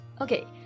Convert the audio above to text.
Okay